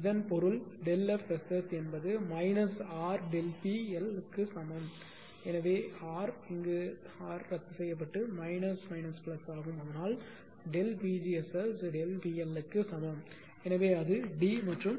இதன் பொருள் ΔF SS என்பது RΔP L க்கு சமம் எனவே R R ரத்து செய்யப்பட்டு மைனஸ் மைனஸ் பிளஸ் ஆகும் அதனால் PgSS ΔP L க்கு சமம் எனவே அது டி மற்றும்